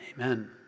Amen